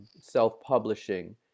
self-publishing